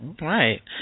Right